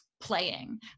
playing